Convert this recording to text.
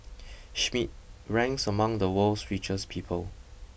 Schmidt ranks among the world's richest people